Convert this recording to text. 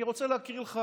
אני רוצה להקריא לך